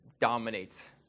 dominates